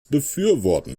befürworten